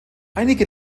einige